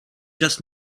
just